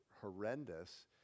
horrendous